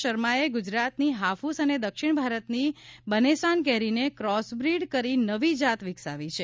શર્માએ ગુજરાતની હાફ્સ અને દક્ષિણ ભારતની બનેસાન કેરીને ક્રોસબ્રીડ કરી નવી જાત વિકસાવવામાં આવી છે